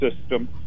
system